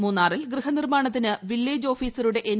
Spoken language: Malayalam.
മൂന്നാറിൽ ഗൃഹനിർമ്മാണത്തിന് വില്ലേജ് ഓഫീസറുടെ എൻ